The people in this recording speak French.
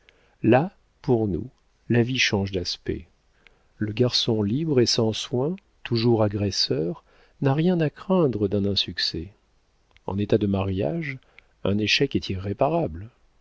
là pour nous la vie change d'aspect le garçon libre et sans soins toujours agresseur n'a rien à craindre d'un insuccès en état de mariage un échec est irréparable